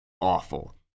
awful